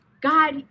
God